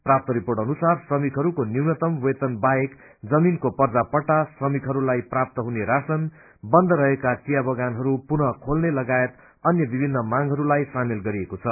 प्राप्त रपोट अनुसार श्रमिकहरूको न्यूनतम् वेतन बाहेक जमीनको पर्जापट्टा श्रमिकहरूलाई प्राप्त हुने राशन बन्द रहेका चियाबगानहरू पुनः खोल्ने लगायत अन्य विभिन्न मांगहरूलाई सामेल गरिएको छ